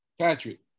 Patrick